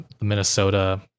Minnesota